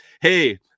Hey